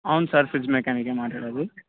అవును sir fridge మెకానికే మాట్లాడేది